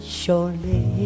surely